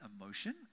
emotion